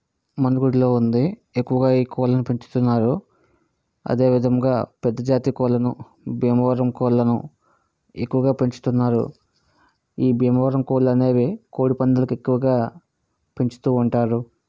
మనుగడలో ఉంది ఎక్కువగా ఈ కోళ్లను పెంచుతున్నారు అదే విధముగా పెద్ద జాతి కోళ్లను భీమవరం కోళ్లను ఎక్కువగా పెంచుతున్నారు ఈ భీమవరం కోళ్లు అనేవి కోడి పందానికి ఎక్కువగా పెంచుతూ ఉంటారు